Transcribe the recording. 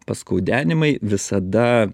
paskaudenimai visada